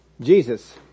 Jesus